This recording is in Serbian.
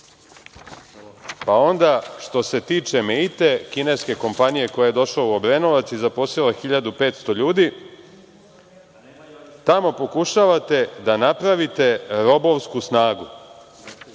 Onda, što se tiče „Meite“, kineske kompanije koja je došla u Obrenovac i zaposlila 1.500 ljudi – tamo pokušavate da napravite robovsku snagu. Ostalo